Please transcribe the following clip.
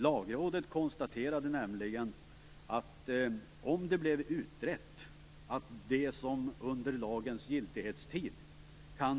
Lagrådet konstaterade nämligen att om det kan fastställas att de som under lagens giltighetstid